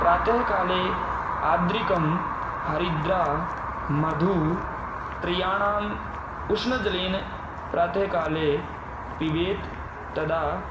प्रातःकाले आद्रिकं हरिद्रा मधु त्रयाणां उष्णजलेन प्रातःकाले पिबेत् तदा